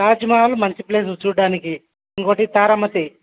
తాజ్ మహల్ మంచి ప్లేస్ చూడటానికి ఇంకొకటి తారా మసీద్